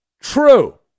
true